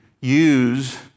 use